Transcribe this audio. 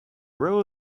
row